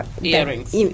earrings